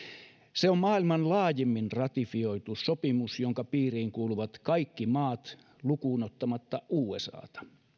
se on maailman laajimmin ratifioitu sopimus jonka piiriin kuuluvat kaikki maat lukuun ottamatta usata